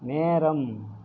நேரம்